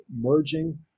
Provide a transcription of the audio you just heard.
merging